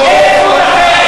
אותה.